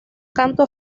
canto